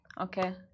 Okay